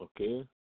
Okay